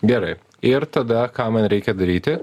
gerai ir tada ką man reikia daryti